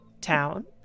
town